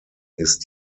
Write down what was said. ist